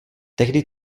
tehdy